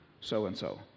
so-and-so